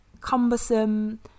cumbersome